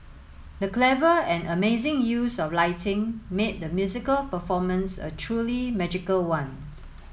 the clever and amazing use of lighting made the musical performance a truly magical one